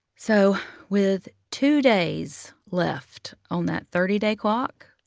so with two days left on that thirty day clock,